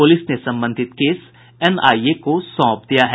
police ने संबंधित case NIA को सौंप दिया है